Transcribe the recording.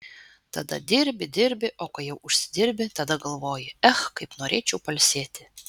tada dirbi dirbi o kai jau užsidirbi tada galvoji ech kaip norėčiau pailsėti